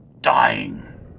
Dying